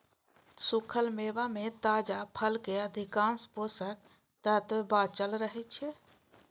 सूखल मेवा मे ताजा फलक अधिकांश पोषक तत्व बांचल रहै छै